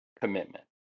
commitment